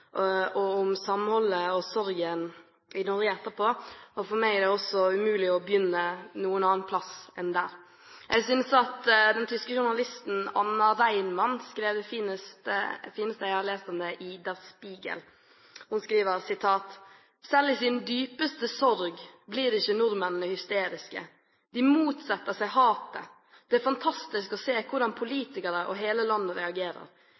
og om samholdet og sorgen i Norge etterpå. For meg er det også umulig å begynne noen annen plass enn der. Jeg synes den tyske journalisten Anna Reimann skrev det fineste jeg har lest om det, i Der Spiegel. Hun skriver bl.a.: Selv i sin dypeste sorg blir ikke nordmennene hysteriske. De motsetter seg hatet. Det er fantastisk å se hvordan politikere og hele landet reagerer.